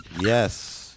yes